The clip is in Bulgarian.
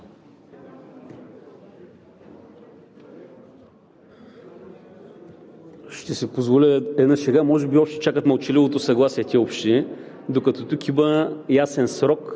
Ще си позволя една шега. Може би още чакат мълчаливото съгласие тези общини, докато тук има ясен срок